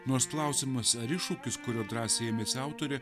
nors klausimas ar iššūkis kurio drąsiai ėmėsi autorė